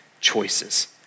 choices